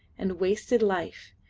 and wasted life,